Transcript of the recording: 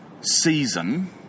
season